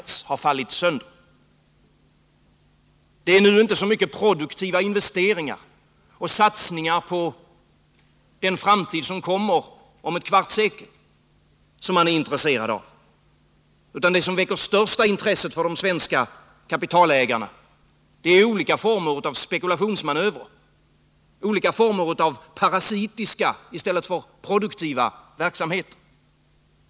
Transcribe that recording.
De svenska kapitalägarna är inte längre speciellt intresserade av produktiva investeringar och satsningar på den framtid som kommer om ett kvarts sekel. Det som väcker största intresset hos dem nu är olika former av spekulationsmanövrer och olika former av parasitiska, i stället för produktiva, verksamheter.